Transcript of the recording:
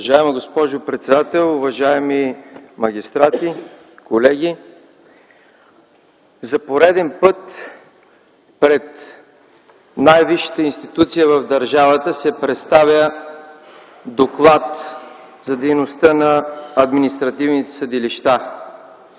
Уважаема госпожо председател, уважаеми магистрати, колеги! За пореден път пред най-висшата институция в държавата се представя доклад за дейността на административните съдилища.